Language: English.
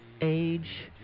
age